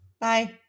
Bye